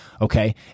Okay